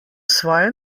svoje